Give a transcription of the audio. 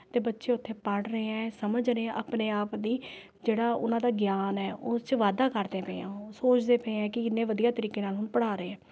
ਅਤੇ ਬੱਚੇ ਉੱਥੇ ਪੜ੍ਹ ਰਹੇ ਹੈ ਸਮਝ ਰਹੇ ਆਪਣੇ ਆਪ ਦੀ ਜਿਹੜਾ ਉਨ੍ਹਾਂ ਦਾ ਗਿਆਨ ਹੈ ਉਹਦੇ 'ਚ ਵਾਧਾ ਕਰਦੇ ਪਏ ਆ ਉਹ ਸੋਚਦੇ ਪਏ ਹੈ ਕਿ ਇੰਨੇ ਵਧੀਆ ਤਰੀਕੇ ਨਾਲ ਉਹਨੂੰ ਪੜ੍ਹਾ ਰਹੇ